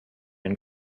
and